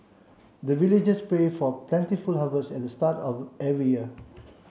the villagers pray for plentiful harvest at the start of every year